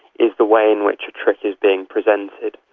is the way in which a trick is being presented.